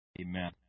Amen